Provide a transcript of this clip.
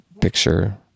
picture